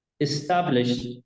established